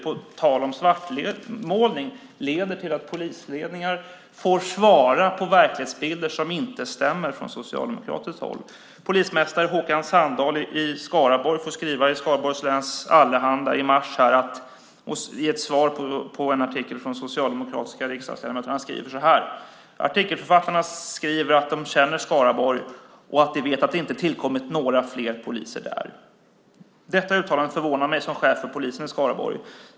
Det i sin tur, på tal om svartmålning, leder till att polisledningar får svara på verklighetsbilder från socialdemokratiskt håll som inte stämmer. Polismästare Håkan Sandahl från Skaraborg skriver i Skaraborgs Allehanda i mars i ett svar på en artikel från socialdemokratiska riksdagsledamöter: Artikelförfattarna skriver att de känner Skaraborg och att de vet att det inte tillkommit några fler poliser där. Detta uttalande förvånar mig som chef för polisen i Skaraborg.